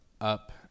UP